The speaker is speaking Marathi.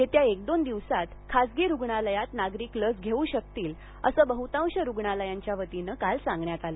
येत्या एक दोन दिवसात खासगी रुग्णालयात नागरिक लस घेऊ शकतील असं बहुतांश रुग्णालयांच्या वतीनं काल सांगण्यात आलं